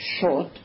short